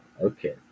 Okay